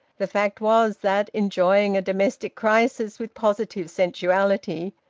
the fact was that, enjoying a domestic crisis with positive sensuality,